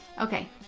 Okay